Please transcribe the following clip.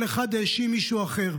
כל אחד האשים מישהו אחר,